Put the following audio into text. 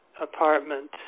apartment